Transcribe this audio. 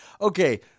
okay